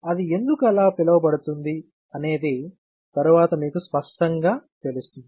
అది ఎందుకు అలా పిలువబడుతుంది అనేది తరువాత మీకు స్పష్టంగా తెలుస్తుంది